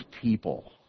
people